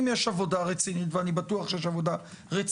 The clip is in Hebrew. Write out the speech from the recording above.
אם יש עבודה רצינית ואני בטוח שיש עבודה רצינית,